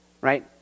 Right